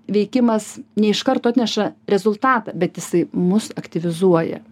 veikimas ne iš karto atneša rezultatą bet jisai mus aktyvizuoja